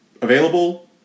available